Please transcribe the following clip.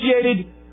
associated